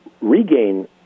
regain